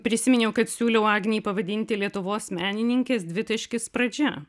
prisiminiau kad siūliau agnei pavadinti lietuvos menininkės dvitaškis pradžia